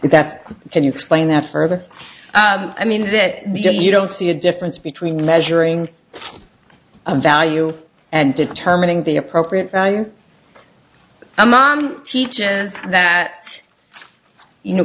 that can you explain that further i mean that you don't see a difference between measuring a value and determining the appropriate value a man who teaches that you know